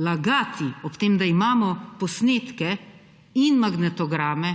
Lagati, ob tem da imamo posnetke in magnetograme,